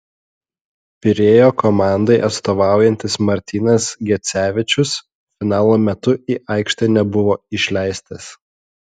pirėjo komandai atstovaujantis martynas gecevičius finalo metu į aikštę nebuvo išleistas